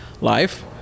life